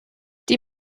die